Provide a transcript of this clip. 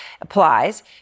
applies